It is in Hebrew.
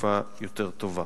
שותפה יותר טובה.